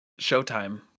showtime